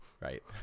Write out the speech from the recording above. Right